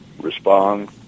respond